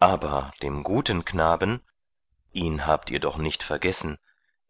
aber dem guten knaben ihn habt ihr doch nicht vergessen